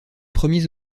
premiers